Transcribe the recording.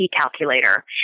calculator